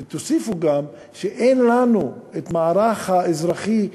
ותוסיפו גם שאין לנו את המערך האזרחי,